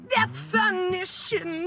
Definition